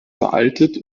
veraltet